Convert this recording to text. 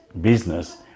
business